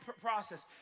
process